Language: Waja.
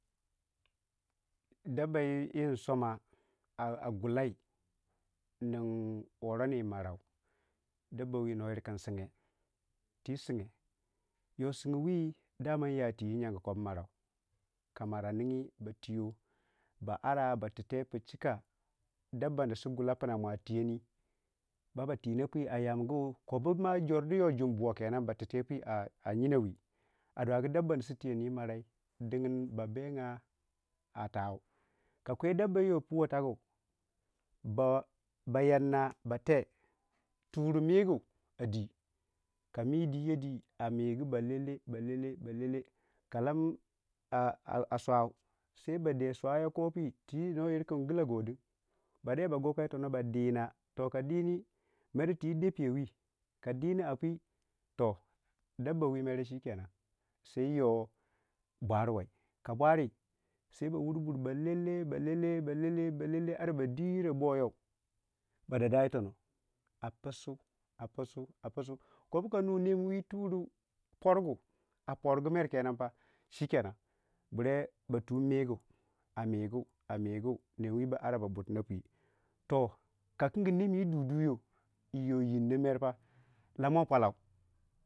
Dabba wun soma a gulei ning worane yii marau dabba wii no yiir kin singye tii singye yo singye wei daman a tii yi jangu kopu marau ka morau nin ba tiiyo ba ara ba tintei pu chikka dabba ni su gulei puna mo tiiyoni baba tina pii a yangu kopu ma jordu yo junbuwa ba ba tintayii pii a yinouwi a dagu dabba ni su tiiyoni yi marau digging ba bega a tawu ka kwei dabba wuyo puwei tagu ba yanna bate turi migu dwii ka mi a dui ye dii a migu balele balele balele kami a swau shikenan sai ba de swayo kopii twii no yir kin gilla godun bade ba gogka yii tonno ba dina toh ka dini meretwii dafi yo wii ka dini a puto dabba wii mer shikenan sai yo bwaruwai ka bwari sai ba wur buri balelel balele balele balele a raba diro boyou bada daiyii tono a pisu a pisu, a pusu kopu ka nu nemwii tutu porgu, a porgu mer kenenpa shikenan burai ba tu migu a migui a menwii araba butuna a pu toh ka kingi nem wu dudu yo wu yo yinno merpa lammuwai palau.